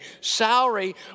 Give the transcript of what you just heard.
salary